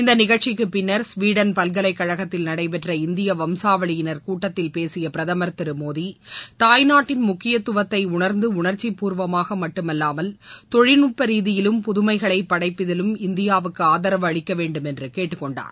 இந்த நிகழ்ச்சிக்கு பின்னர் ஸ்வீடன் பல்கலைக் கழகத்தில் நடைபெற்ற இந்திய வம்சாவளியினர் கூட்டத்தில் பேசிய பிரதமர் திரு மோடி தாய்நாட்டின் முக்கியத்துவத்தை உணர்ந்து உணர்ச்சிப்பூர்வமாக மட்டுமல்லாமல் தொழில்நுட்ப ரீதியிலும் புதுமைகளை படைப்பதிலும் இந்தியாவுக்கு ஆதரவு அளிக்க வேண்டும் என்று கேட்டுக் கொண்டார்